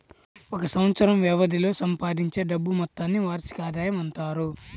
ఒక సంవత్సరం వ్యవధిలో సంపాదించే డబ్బు మొత్తాన్ని వార్షిక ఆదాయం అంటారు